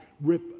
rip